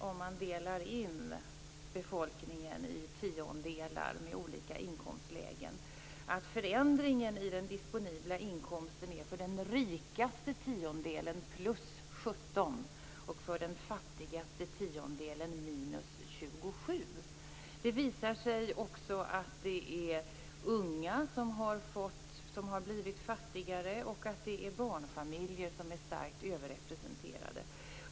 Om man delar in befolkningen i tiondelar med olika inkomstlägen visar det sig att förändringen i den disponibla inkomsten för den rikaste tiondelen är plus 17 och för den fattigaste tiondelen minus 27. Det visar sig också att det är unga människor som har blivit fattigare och att barnfamiljer är starkt överrepresenterade.